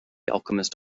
alchemist